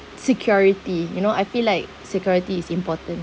security you know I feel like security is important